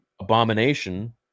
Abomination